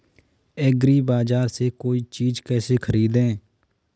एग्रीबाजार से कोई चीज केसे खरीदें?